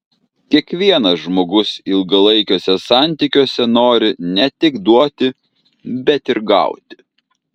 kiekvienas žmogus ilgalaikiuose santykiuose nori ne tik duoti bet ir gauti